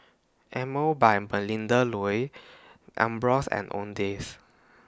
Emel By Melinda Looi Ambros and Owndays